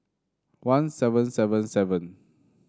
one seven seven seven